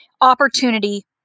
opportunity